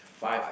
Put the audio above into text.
five